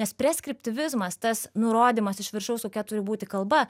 nes preskriptimivizmas tas nurodymas iš viršaus kokia turi būti kalba